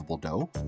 dough